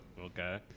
Okay